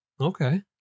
okay